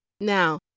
Now